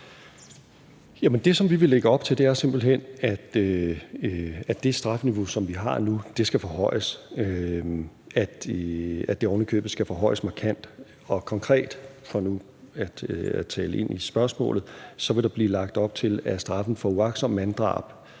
som vi vil lægge op til, er simpelt hen, at det strafniveau, som vi har nu, skal forhøjes, og at det ovenikøbet skal forhøjes markant. Og for nu konkret at tale ind i spørgsmålet vil der blive lagt op til, at straffen for uagtsomt manddrab